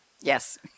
Yes